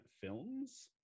Films